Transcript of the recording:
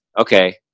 okay